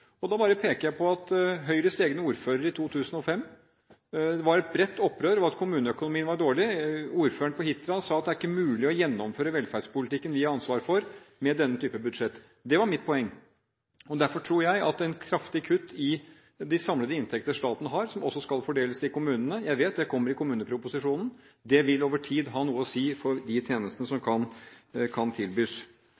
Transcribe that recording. bare på at det blant Høyres egne ordførere i 2005 var et bredt opprør, kommuneøkonomien var dårlig, og ordføreren på Hitra sa at det ikke var mulig å gjennomføre velferdspolitikken de hadde ansvar for, med den typen budsjett – det var mitt poeng. Derfor tror jeg at et kraftig kutt i de samlede inntekter staten har, som også skal fordeles til kommunene – jeg vet det kommer i kommuneproposisjonen – over tid vil ha noe å si for de tjenestene som